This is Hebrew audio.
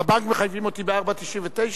בבנק מחייבים אותי ב-4.99?